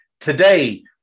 Today